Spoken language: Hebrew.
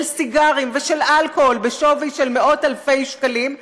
של סיגרים ושל אלכוהול בשווי של מאות אלפי שקלים,